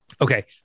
okay